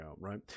right